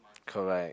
correct